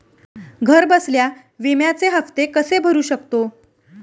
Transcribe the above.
घरबसल्या विम्याचे हफ्ते कसे भरू शकतो?